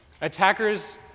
Attackers